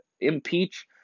impeach